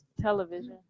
television